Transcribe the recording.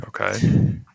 Okay